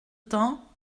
temps